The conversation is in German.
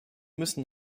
müssen